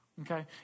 Okay